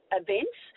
events